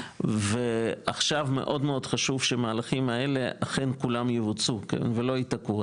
ועכשיו מאוד חשוב שמהלכים האלה אכן כולם יואצו ולא ייתקעו.